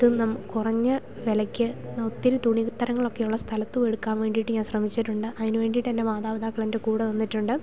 അതും കുറഞ്ഞ വിലയ്ക്ക് ഒത്തിരി തുണിത്തരങ്ങളൊക്കെയുള്ള സ്ഥലത്ത് പോയി എടുക്കാൻ വേണ്ടിയിട്ട് ഞാൻ ശ്രമിച്ചിട്ടുണ്ട് അതിന് വേണ്ടിയിട്ട് എൻ്റെ മാതപിതാക്കൾ എൻ്റെ കൂടെ നിന്നിട്ടുണ്ട്